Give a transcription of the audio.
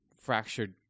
fractured